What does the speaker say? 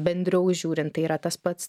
bendriau žiūrint tai yra tas pats